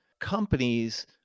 companies